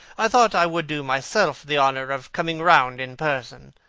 i thought i would do myself the honour of coming round in person.